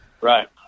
Right